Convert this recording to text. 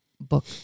book